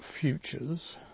futures